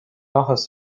áthas